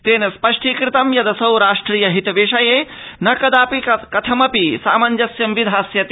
तेन स्पष्टीकृत यदसौ राष्ट्रिय हित विषये न कदापि कथमपि सामञ्जस्य विधास्यति